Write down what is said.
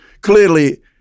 Clearly